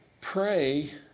pray